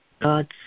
God's